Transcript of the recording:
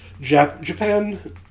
Japan